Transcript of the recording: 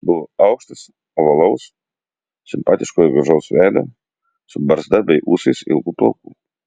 buvo aukštas ovalaus simpatiško ir gražaus veido su barzda bei ūsais ilgų plaukų